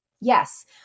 Yes